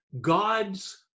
God's